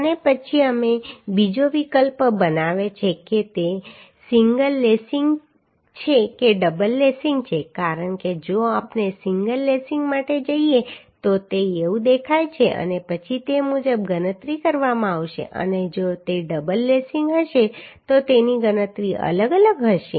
અને પછી અમે બીજો વિકલ્પ બનાવ્યો છે કે તે સિંગલ લેસિંગ છે કે ડબલ લેસિંગ છે કારણ કે જો આપણે સિંગલ લેસિંગ માટે જઈએ તો તે એવું દેખાય છે અને પછી તે મુજબ ગણતરી કરવામાં આવશે અને જો તે ડબલ લેસિંગ હશે તો તેની ગણતરી અલગ હશે